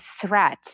threat